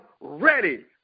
ready